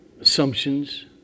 assumptions